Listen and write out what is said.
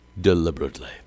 deliberately